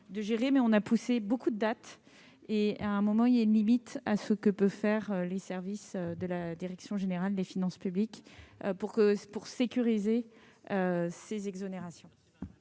de gérer. On a repoussé de nombreuses dates, mais, à un moment, il y a une limite à ce que peuvent faire les services de la direction générale des finances publiques afin de sécuriser ces exonérations.